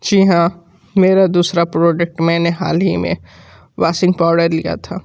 जी हाँ मेरा दूसरा प्रोडक्ट मैंने हाल ही में वॉशिंग पाउडर लिया था